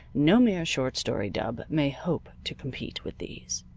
no mere short story dub may hope to compete with these.